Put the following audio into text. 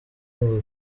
ngo